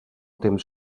temps